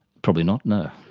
probably not, no.